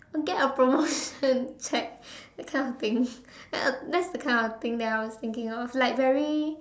get a promotion check that kind of thing that that's the kind of thing that I was thinking of like very